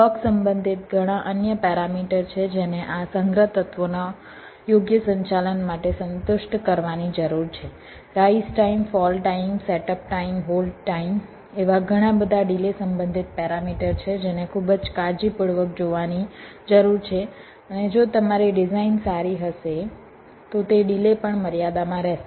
clock સંબંધિત ઘણાં અન્ય પેરામીટર છે જેને આ સંગ્રહ તત્વોના યોગ્ય સંચાલન માટે સંતુષ્ટ કરવાની જરૂર છે rise time fall time setup time hold time એવા ઘણા બધા ડિલે સંબંધિત પેરામીટર છે જેને ખૂબ જ કાળજીપૂર્વક જોવાની જરૂર છે અને જો તમારી ડિઝાઇન સારી હશે તો તે ડિલે પણ મર્યાદામાં રહેશે